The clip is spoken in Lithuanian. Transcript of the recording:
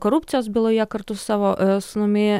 korupcijos byloje kartu su savo sūnumi